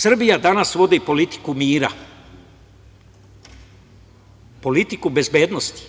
Srbija danas vodi politiku mira, politiku bezbednosti